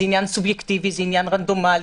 זה עניין סובייקטיבי, זה עניין רנדומאלי.